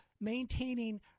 maintaining